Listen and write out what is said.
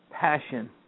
Passion